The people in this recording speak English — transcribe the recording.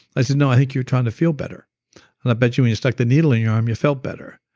i said, no, i think you're trying to feel better and i bet you when you stuck the needle in your arm you felt better.